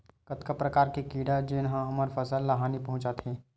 कतका प्रकार के कीड़ा जेन ह हमर फसल ल हानि पहुंचाथे?